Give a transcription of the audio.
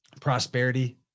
prosperity